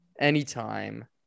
anytime